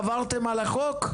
עברתם על החוק?